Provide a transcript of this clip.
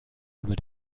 über